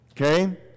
Okay